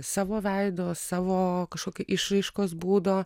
savo veido savo kažkokį išraiškos būdo